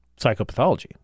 psychopathology